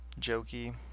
jokey